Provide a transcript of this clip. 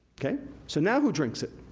so, now who drinks it?